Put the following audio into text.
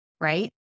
right